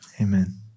Amen